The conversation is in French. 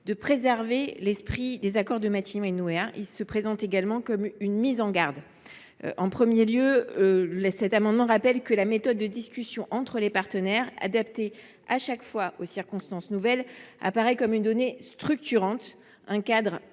de préserver l’esprit des accords de Matignon et de Nouméa. Il tend également à formuler une mise en garde. En premier lieu, il rappelle que la méthode de discussion entre les partenaires, adaptée à chaque fois aux circonstances nouvelles, apparaît comme une donnée structurante, un cadre intangible